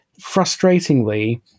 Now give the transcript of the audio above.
frustratingly